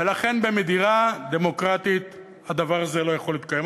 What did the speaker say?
ולכן במדינה דמוקרטית הדבר הזה לא יכול להתקיים.